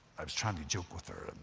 i was trying to joke with her.